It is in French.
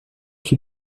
qui